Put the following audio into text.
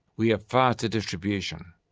we have faster distribution.